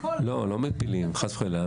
לא מפילים, חס וחלילה.